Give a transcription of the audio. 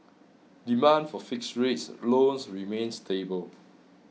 demand for fixed rate loans remains stable